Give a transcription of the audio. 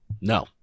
no